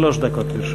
שלוש דקות לרשותך.